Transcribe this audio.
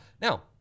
Now